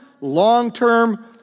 long-term